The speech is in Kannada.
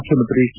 ಮುಖ್ಲಮಂತ್ರಿ ಕೆ